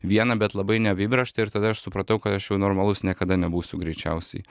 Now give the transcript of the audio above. vieną bet labai neapibrėžtą ir tada aš supratau kad aš jau normalus niekada nebūsiu greičiausiai